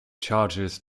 charges